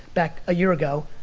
back a year ago.